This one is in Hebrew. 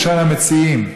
ראשון המציעים,